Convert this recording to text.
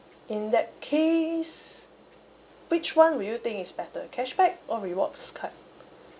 in that case which one would you think is better cashback or rewards card